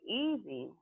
easy